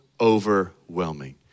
overwhelming